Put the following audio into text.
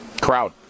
crowd